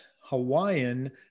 Hawaiian